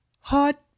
Hot